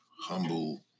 humble